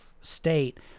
state